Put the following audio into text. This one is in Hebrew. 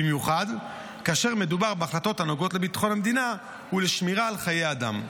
במיוחד כאשר מדובר בהחלטות הנוגעות לביטחון המדינה ולשמירה על חיי אדם.